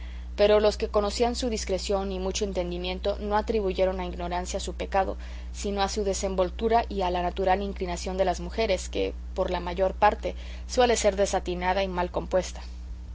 pero los que conocían su discreción y mucho entendimiento no atribuyeron a ignorancia su pecado sino a su desenvoltura y a la natural inclinación de las mujeres que por la mayor parte suele ser desatinada y mal compuesta